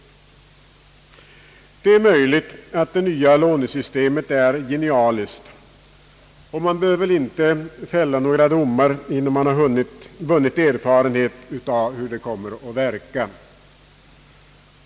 Det är möjligt att det nya lånesystemet är genialiskt, och man bör väl inte fälla några domar innan man har vunnit erfarenhet av hur det verkar.